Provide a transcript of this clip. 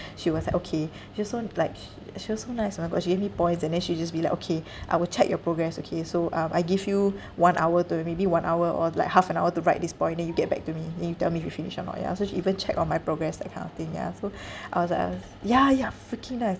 she was like okay she was so like sh~ she was so nice oh my god she gave me points and then she just be like okay I will check your progress okay so um I give you one hour to or maybe one hour or like half an hour to write this point then you get back to me then you tell me you finish or not ya so she even check on my progress that kind of thing ya so I was I was ya ya freaking nice